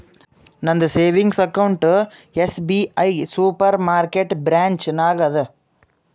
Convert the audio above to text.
ನಂದ savings account SBI supermarket branch ನಾಗ್ ಅದಾ